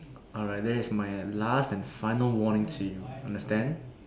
alright that is my last and final warning to you understand